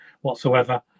whatsoever